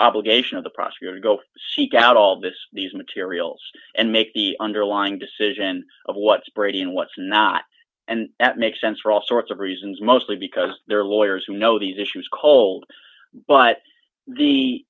obligation of the prosecutor to go seek out all this these materials and make the underlying decision of what's brady and what's not and that makes sense for all sorts of reasons mostly because there are lawyers who know these issues cold d but the